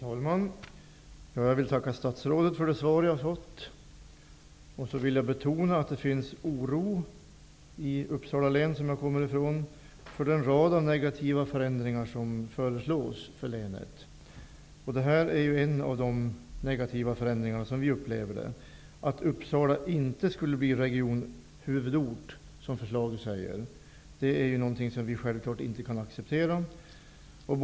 Herr talman! Jag vill tacka statsrådet för det svar jag har fått. Jag vill betona att det finns en oro i Uppsala län, som jag kommer från, för den rad av negativa förändringar som föreslås för länet. Vi upplever att detta är en av de negativa förändringarna. Vi kan självfallet inte acceptera förslaget i utredningen att Uppsala inte skall bli huvudort i regionen.